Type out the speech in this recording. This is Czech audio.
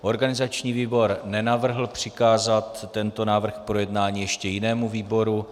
Organizační výbor nenavrhl přikázat tento návrh k projednání ještě jinému výboru.